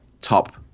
top